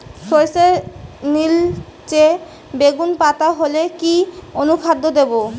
সরর্ষের নিলচে বেগুনি পাতা হলে কি অনুখাদ্য দেবো?